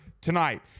tonight